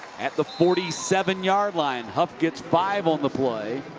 at the forty seven yard line. huff gets five on the play.